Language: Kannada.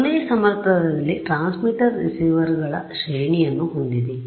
ಆದ್ದರಿಂದ ಒಂದೇ ಸಮತಲದಲ್ಲಿ ಟ್ರಾನ್ಸ್ಮಿಟರ್ ರಿಸೀವರ್ ಗಳ ಶ್ರೇಣಿಯನ್ನು ಹೊಂದಿದೆ